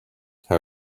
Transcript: how